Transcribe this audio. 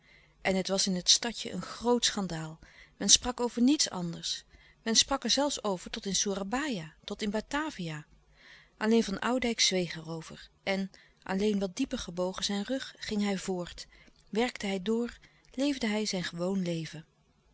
en het was in het stadje een groot schandaal men sprak over niets anders men sprak er zelfs over tot in soerabaia tot in batavia alleen van oudijck zweeg er over en alleen wat dieper gebogen zijn rug ging hij voort werkte hij door leefde hij zijn gewoon leven